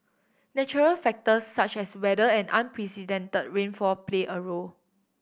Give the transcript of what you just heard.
natural factors such as weather and unprecedented rainfall play a role